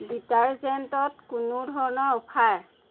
ডিটাৰজেন্টত কোনো ধৰণৰ অফাৰ